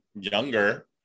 younger